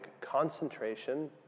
concentration